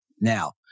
Now